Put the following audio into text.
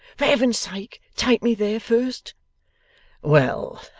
for heaven's sake, take me there, first well,